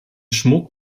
schmuck